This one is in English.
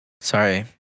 Sorry